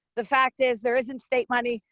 the fact is there isn't state money.